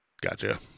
gotcha